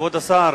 כבוד השר,